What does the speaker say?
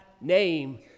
name